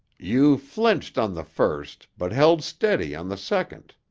you flinched on the first but held steady on the second,